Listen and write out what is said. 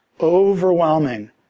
overwhelming